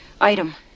item